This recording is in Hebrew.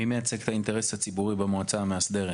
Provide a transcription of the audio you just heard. מי מייצג את האינטרס הציבורי במועצה המאסדרת?